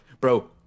Bro